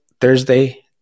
Thursday